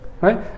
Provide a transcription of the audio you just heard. right